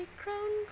crown